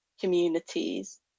communities